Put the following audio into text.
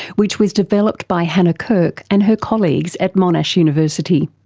which was developed by hannah kirk and her colleagues at monash university.